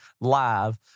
live